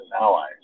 allies